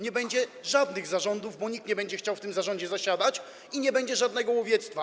Nie będzie żadnym zarządów, bo nikt nie będzie chciał w tych zarządach zasiadać, i nie będzie żadnego łowiectwa.